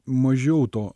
mažiau to